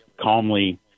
calmly